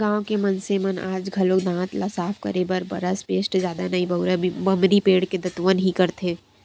गाँव के मनसे मन आज घलोक दांत ल साफ करे बर बरस पेस्ट जादा नइ बउरय बमरी पेड़ के दतवन ही करथे